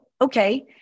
okay